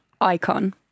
Icon